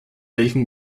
welchen